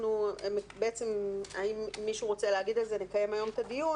האם מישהו רוצה להגיב על זה, לקיים היום את הדיון?